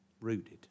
rooted